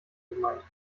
gemeint